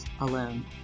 alone